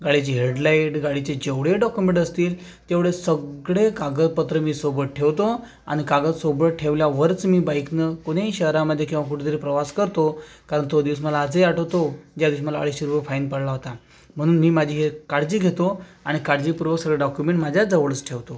गाडीची हेडलाईट गाडीचे जेवढे डोक्युमेंट असतील तेवढे सगळे कागदपत्रे मी सोबत ठेवतो आणि कागद सोबत ठेवल्यावरच मी बाईकनं पुणे शहरामध्ये किंवा कुठंतरी प्रवास करतो कारण तो दिवस मला आजही आठवतो ज्या दिवशी मला अडीचशे रुपये फाईन पडला होता म्हणून मी माझी एक काळजी घेतो आणि काळजीपूर्वक सगळे डोक्युमेंट माझ्याच जवळच ठेवतो